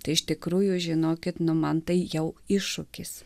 tai iš tikrųjų žinokit nu man tai jau iššūkis